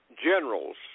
Generals